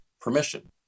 permission